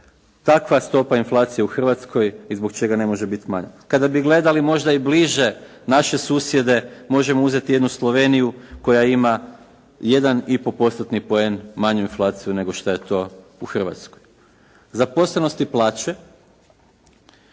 takva stopa inflacije u Hrvatskoj i zbog čega ne može biti manja. Kada bi gledali možda i bliže naše susjede, možemo uzeti jednu Sloveniju koja ima 1,5%-tni poen manju inflaciju nego što je to u Hrvatskoj. Zaposlenost i plaće.